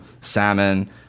salmon